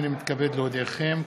הינני מתכבד להודיעכם,